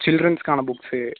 சில்ட்ரன்ஸ்கான books